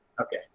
okay